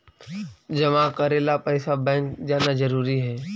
जमा करे ला पैसा बैंक जाना जरूरी है?